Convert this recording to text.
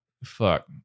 Fuck